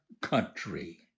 country